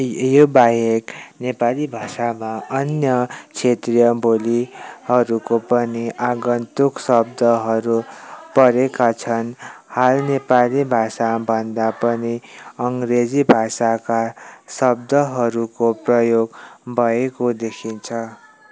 ए यो बाहेक नेपाली भाषामा अन्य क्षेत्रीय बोली हरूको पनि आगन्तुक शब्दहरू परेका छन् हाल नेपाली भाषाभन्दा पनि अङग्रेजी भाषाका शब्दहरूको प्रयोग भएको देखिन्छ